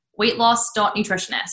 weightloss.nutritionist